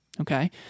Okay